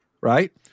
right